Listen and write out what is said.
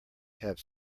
have